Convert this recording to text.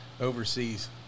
overseas